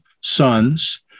sons